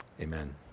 Amen